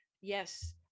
Yes